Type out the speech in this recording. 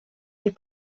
les